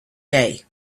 day